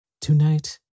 Tonight